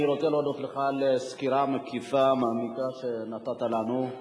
אני רוצה להודות לך על הסקירה המקיפה והמעמיקה שנתת לנו.